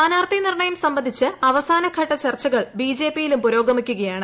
സ്ഥാനാർത്ഥി നിർണ്ണയ്ക് സ്ട്ര്ബന്ധിച്ച് അവസാന ഘട്ട ചർച്ചകൾ ബിജെപിയിലും പുരോഗമീ്ക്കുകയാണ്